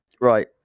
Right